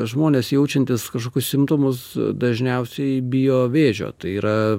žmonės jaučiantys kažkokius simptomus dažniausiai bijo vėžio tai yra